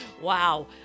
Wow